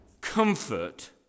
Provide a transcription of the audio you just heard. comfort